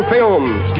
Films